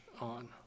on